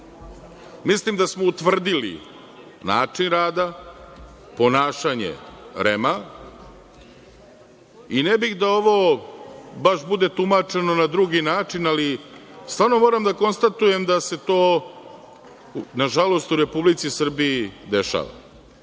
Mislim da smo utvrdili način rada, ponašanje REM, i ne bih da ovo baš bude tumačeno na drugi način, ali stvarno moram da konstatujem da se to, nažalost, u Republici Srbiji dešava.